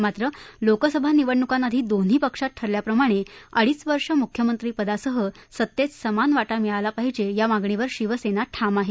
मात्र लोकसभा निवडणुकांआधी दोन्ही पक्षात ठरल्याप्रमाणे अडीच वर्ष मुख्यमंत्रीपदासह सत्तेत समान वाटा मिळाला पाहिजे या मागणीवर शिवसेना ठाम आहे